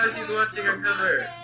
she's watching our cover.